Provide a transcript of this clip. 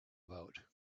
about